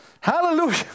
Hallelujah